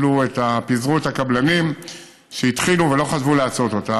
פיזרו את הקבלנים שהתחילו ולא חשבו לעשות אותה.